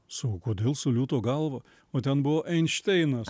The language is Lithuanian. sakau kodėl su liūto galva o ten buvo einšteinas